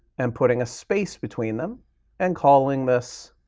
and putting a space between them and calling this